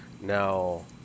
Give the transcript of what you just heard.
Now